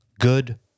good